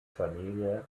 familie